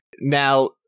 Now